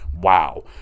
wow